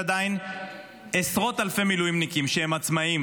יש עדיין עשרות אלפי מילואימניקים שהם עצמאים,